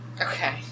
Okay